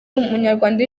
umunyarwanda